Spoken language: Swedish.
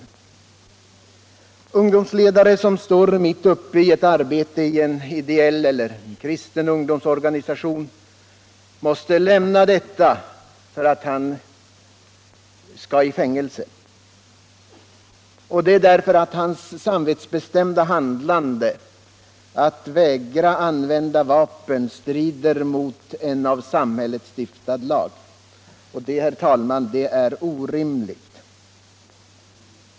En ungdomsledare, som står mitt uppe i arbetet i en ideell eller kristen ungdomsorganisation, måste lämna detta för att han skall i fängelse. Och det därför att hans samvetsbestämda handlande — att vägra använda vapen — strider mot en av samhället stiftad lag. Det är, herr talman, orimligt.